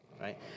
right